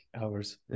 hours